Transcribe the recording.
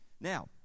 Now